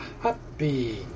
happy